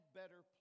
better